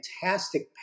fantastic